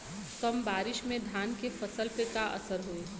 कम बारिश में धान के फसल पे का असर होई?